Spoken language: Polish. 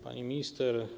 Pani Minister!